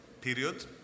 period